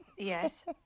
Yes